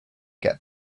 get